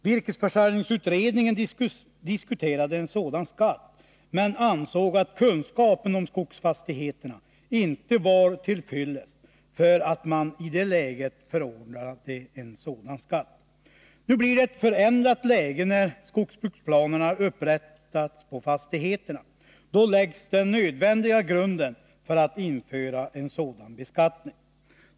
Virkesförsörjningsutredningen diskuterade frågan, men ansåg att kunskapen om skogsfastigheterna inte var till fyllest för att i det läget förorda en ändring. Nu blir det ett förändrat läge, när skogsbruksplanerna för fastigheterna upprättats. Då läggs den nödvändiga grunden för att införa en beskattning som vi föreslagit.